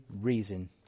reason